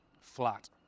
Flat